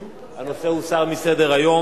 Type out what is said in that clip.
הנושא לא יוסיף ולא יגרע.